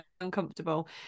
uncomfortable